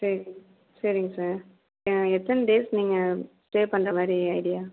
சரி சரிங்க சார் எத்தனை டேஸ் நீங்கள் ஸ்டே பண்ணுறமாரி ஐடியா